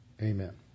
Amen